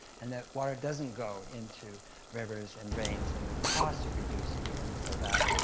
and that water doesn't go into rivers and drains, and the costs are reduced in terms of that.